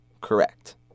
correct